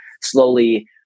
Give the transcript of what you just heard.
slowly